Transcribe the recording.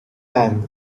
tang